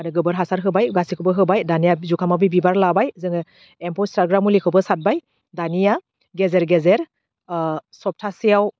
आरो गोबोर हासार होबाय गासिखौबो होबाय दानिया जुखामआबो बिबार लाबाय जोङो एम्फौ सारग्रा मुलिखौबो सारबाय दानिया गेजेर गेजेर ओह सप्तासेआव